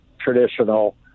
traditional